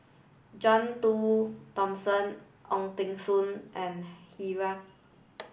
John Do Thomson Ong Teng soon and